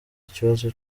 ikibazo